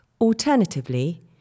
Alternatively